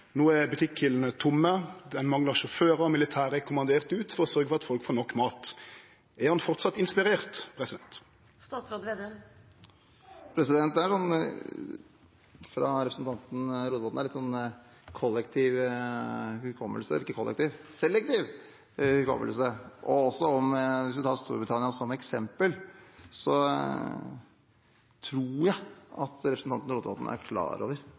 er butikkhyllene tomme, ein manglar sjåførar, og militære er kommanderte ut for å sørgje for at folk får nok mat. Er han framleis inspirert? Hos representanten Rotevatn er det en slags selektiv hukommelse. Hvis man tar Storbritannia som eksempel, tror jeg at representanten Rotevatn er klar over at Storbritannia var EU-medlem, og